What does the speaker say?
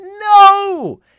No